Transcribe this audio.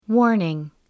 Warning